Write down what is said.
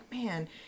man